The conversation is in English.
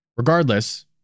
Regardless